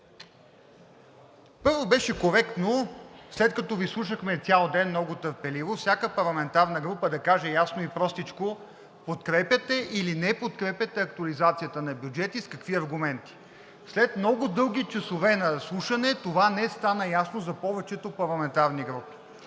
Първо, беше коректно, след като Ви слушахме цял ден много търпеливо, всяка парламентарна група да каже ясно и простичко подкрепяте ли, или не подкрепяте актуализацията на бюджета и с какви аргументи. След много дълги часове на слушане това не стана ясно за повечето парламентарни групи.